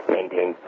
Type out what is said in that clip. Maintain